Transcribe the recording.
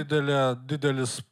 didelė didelis